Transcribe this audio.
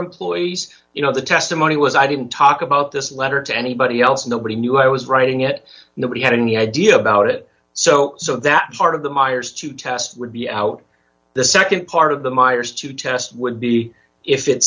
employees you know the testimony was i didn't talk about this letter to anybody else nobody knew i was writing it nobody had any idea about it so so that part of the miers to test would be out the nd part of the miers to test would be if it